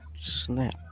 snap